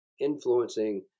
influencing